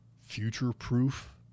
future-proof